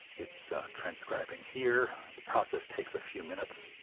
it's transcribing here. the process takes a few minutes.